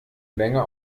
länger